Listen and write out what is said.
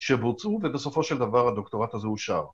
שבוצעו ובסופו של דבר הדוקטורט הזה אושר.